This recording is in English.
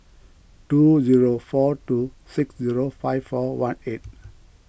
two zero four two six zero five four one eight